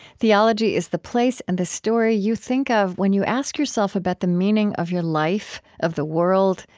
theology is the place and the story you think of when you ask yourself about the meaning of your life, of the world,